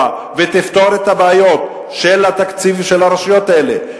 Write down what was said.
ותפתור את הבעיות של התקציב של הרשויות האלה,